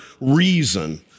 reason